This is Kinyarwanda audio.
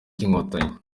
cy’inkotanyi